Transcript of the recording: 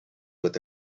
with